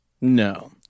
No